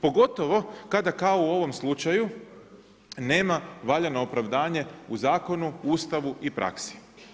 Pogotovo kada kao u ovom slučaju nema valjano opravdanje u zakonu, Ustavu i praksi.